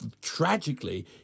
tragically